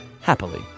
happily